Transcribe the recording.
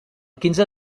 quinze